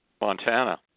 Montana